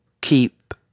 keep